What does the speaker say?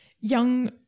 young